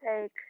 take